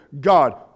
God